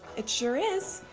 it sure is,